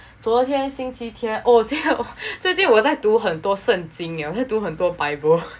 昨天星期天 oh 最近我在读很多圣经 leh 我在读很多 bible